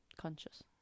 conscious